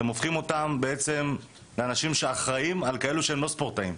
אתם הופכים אותם בעצם לאנשים שאחראים על כאלו שהם לא ספורטאים.